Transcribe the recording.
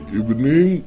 evening